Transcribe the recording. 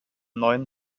neuen